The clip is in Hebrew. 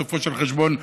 בסופו של חשבון,